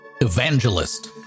evangelist